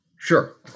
Sure